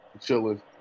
chilling